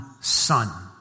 son